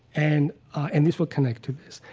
and and this will connect to this.